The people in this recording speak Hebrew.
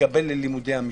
ומתקבל ללימודי המשפטים.